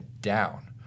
down